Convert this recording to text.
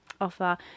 offer